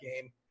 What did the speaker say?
game